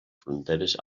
fronteres